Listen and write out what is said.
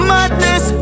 Madness